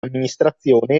amministrazione